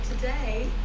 today